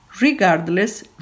Regardless